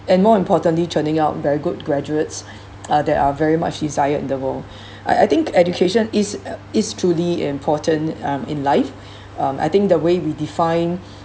and more importantly churning out very good graduates uh they are very much desired in the world I I think education is uh is truly important um in life um I think the way we define